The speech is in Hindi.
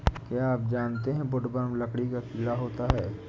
क्या आप जानते है वुडवर्म लकड़ी का कीड़ा होता है?